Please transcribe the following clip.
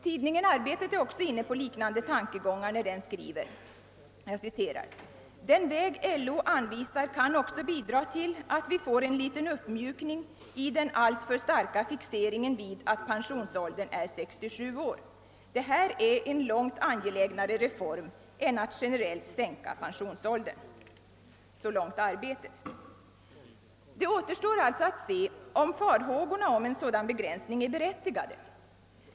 Tidningen Arbetet är också inne på liknande tankegångar när den skriver: »Den väg LO anvisar kan också bidra till att vi får en uppmjukning i den alltför starka fixeringen vid att pensionsåldern är 67 år. Det här är en långt angelägnare reform än att generellt sänka pensionsåldern.» Det återstår alltså att se om farhågorna för en sådan begränsning är berättigade.